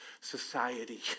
society